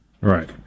Right